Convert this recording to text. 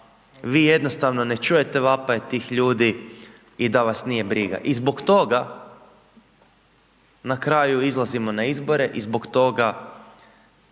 vi jednostavno ne čujete vapaje tih ljudi i da vas nije briga i zbog toga na kraju izlazimo na izbore i zbog toga